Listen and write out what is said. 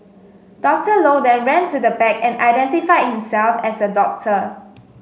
Dr Low then ran to the back and identified himself as a doctor